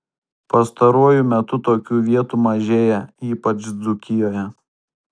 pastaruoju metu tokių vietų mažėja ypač dzūkijoje